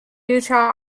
utah